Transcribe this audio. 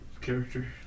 character